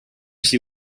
see